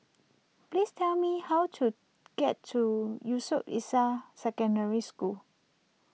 please tell me how to get to Yusof Ishak Secondary School